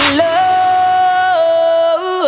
love